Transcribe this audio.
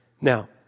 Now